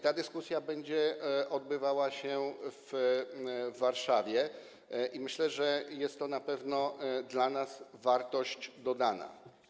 Ta dyskusja będzie odbywała się w Warszawie i myślę, że jest to na pewno dla nas wartość dodana.